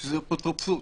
שזה אפוטרופסות,